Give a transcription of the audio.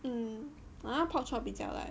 mm but 那 pork chop 比较 like